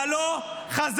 אתה לא חזק.